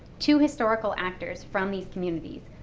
two historical actors from these communities,